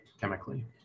chemically